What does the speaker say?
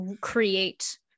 create